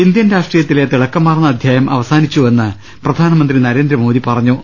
Indian രാഷ്ട്രീയത്തിലെ തിളക്കമാർന്ന അധ്യായം അവസാനിച്ചുവെന്ന് പ്രധാനമന്ത്രി നരേ ന്ദ്രമോദി പറഞ്ഞു